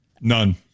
None